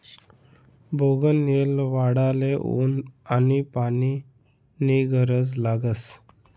बोगनयेल वाढाले ऊन आनी पानी नी गरज लागस